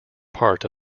part